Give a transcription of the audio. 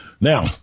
Now